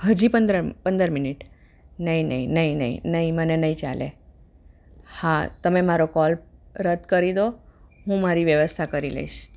હજી પંદર મિનિટ નહીં નહીં નહીં નહીં નહીં મને નહીં ચાલે હા તમે મારો કોલ રદ કરી દો હું મારી વ્યવસ્થા કરી લઇશ